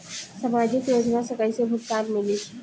सामाजिक योजना से कइसे भुगतान मिली?